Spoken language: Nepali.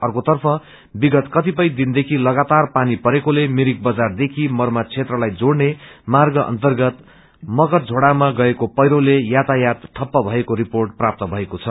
अर्कोतर्फ विगत कतिपय दिनदेखि लगातार पानी परेकोले भिरिक बजारदेखि मर्मा क्षेत्रलाई जोड़ने माग अन्तगत मकर झोड़ामा गएको पैड्रोले यातायात ठप्प भएको रिर्पेट प्राप्त भएको छ